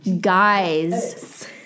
Guys